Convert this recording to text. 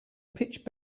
pitch